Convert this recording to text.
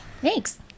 Thanks